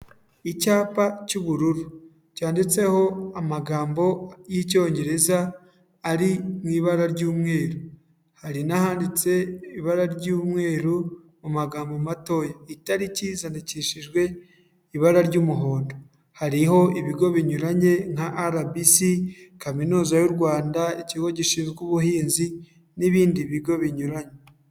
Icyapa cy'ubururu, cyanditseho amagambo y'Icyongereza ari mu ibara ry'umweru, hari n'ahanditse ibara ry'umweru mu magambo matoya. Itariki zandikishijwe ibara ry'umuhondo. Hariho ibigo binyuranye nka RBC, Kaminuza y'u Rwanda, Ikigo gishinzwe ubuhinzi n'ibindi bigo binyuranye.